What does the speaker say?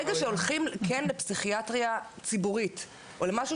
ברגע שהולכים לפסיכיאטריה ציבורית או למשהו